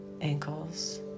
ankles